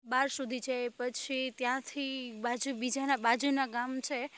બાર સુધી છે પછી ત્યાંથી બાજુના ગામ છે